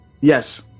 Yes